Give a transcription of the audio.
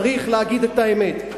צריך להגיד את האמת.